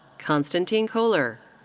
constantin koehler.